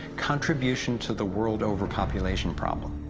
contribution to the world overpopulation problem.